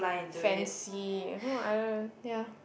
fancy uh I ya